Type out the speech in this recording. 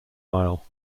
aisle